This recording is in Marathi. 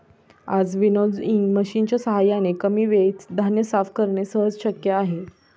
आज विनोइंग मशिनच्या साहाय्याने कमी वेळेत धान्य साफ करणे सहज शक्य आहे